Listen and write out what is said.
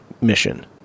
mission